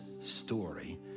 story